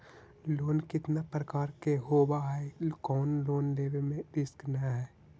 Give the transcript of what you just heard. Loan कितना प्रकार के होबा है कोन लोन लेब में रिस्क न है?